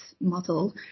model